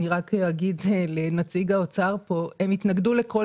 רק אגיד לנציג האוצר שהם התנגדו לכל